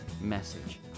message